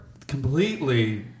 Completely